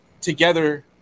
together